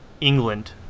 england